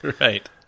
Right